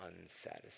unsatisfied